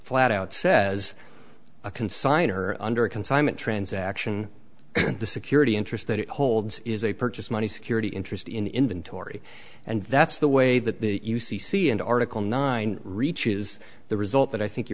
flat out says a consigner under a consignment transaction the security interest that it holds is a purchase money security interest in inventory and that's the way that the u c c in article nine reaches the result that i think you